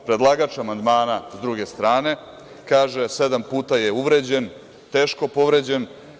Predlagač amandmana, s druge strane, kaže – sedam puta je uvređen, teško povređen.